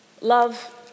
Love